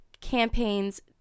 campaigns